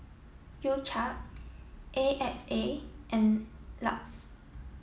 U cha A X A and LUX